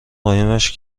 قایمش